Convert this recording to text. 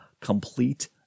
Complete